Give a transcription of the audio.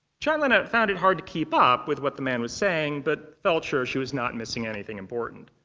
chanlina found it hard to keep up with what the man was saying but felt sure she was not missing anything important.